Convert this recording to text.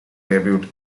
debut